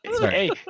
hey